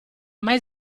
mai